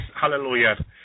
hallelujah